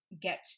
get